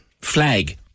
Flag